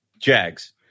Jags